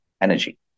Energy